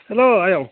hello आयं